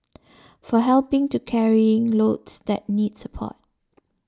for helping to carrying loads that need support